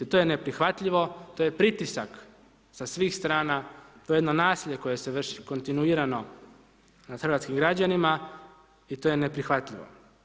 To je neprihvatljivo, to je pritisak sa svih strana, to je jedno nasilje koje se vrši kontinuirano nad hrvatskih građanima i to je neprihvatljivo.